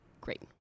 great